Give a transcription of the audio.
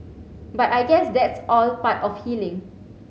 but I guess that's all part of healing